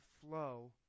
flow